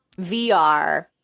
VR –